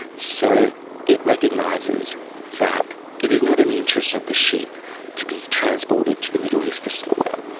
so it recognises that it is not in the interest of the sheep to be transported to the middle east for slaughter.